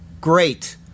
great